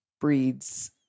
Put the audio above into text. breeds